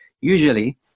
Usually